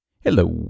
Hello